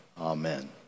Amen